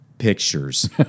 Pictures